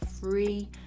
free